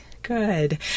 Good